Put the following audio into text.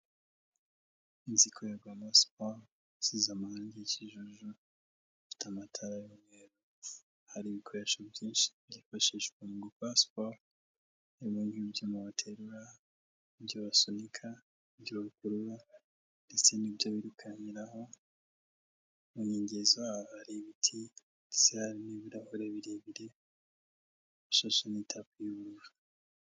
Inzu ikorerwamo siporo, isize amarangi y'ikijuju, ifite amatara y'umweru, hari ibikoresho byinshi byifashishwa mu gukora siporo harimo: nk'ibyuma baterura, ibyo basunika, ibyo bakurura ndetse n'ibyo birukankiraho, mu nkengero zaho hari ibiti, bisa n'ibirahure birebire bishashemo itara ry'ubururu.